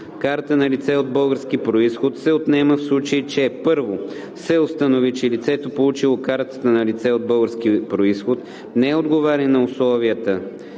Карта на лице от български произход се отнема в случай, че: 1. се установи, че лицето, получило карта на лице от български произход, не отговаря на условията